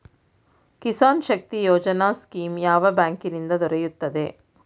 Kisan Shakti Yojana scheme ಯಾವ bank ನಿಂದ ದೊರೆಯುತ್ತದೆ?